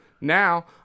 Now